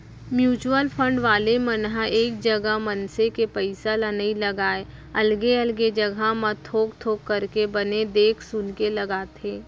mutual fund वाले मन ह एक जगा मनसे के पइसा ल नइ लगाय अलगे अलगे जघा मन म थोक थोक करके बने देख सुनके लगाथे